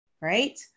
right